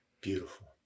Beautiful